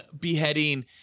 beheading